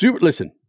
Listen